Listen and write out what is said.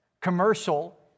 commercial